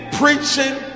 preaching